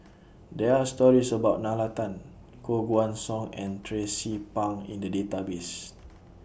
There Are stories about Nalla Tan Koh Guan Song and Tracie Pang in The Database